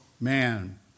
man